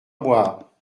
boire